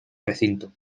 recinto